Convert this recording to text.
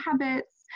habits